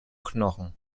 knochen